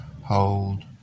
Hold